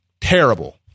terrible